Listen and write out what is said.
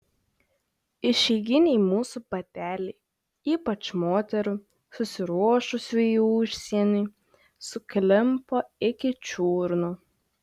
išeiginiai mūsų bateliai ypač moterų susiruošusių į užsienį suklimpo iki čiurnų